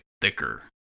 thicker